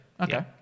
Okay